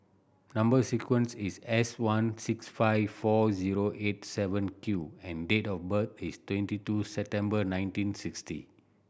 number sequence is S one six five four zero eight seven Q and date of birth is twenty two September nineteen sixty